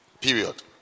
Period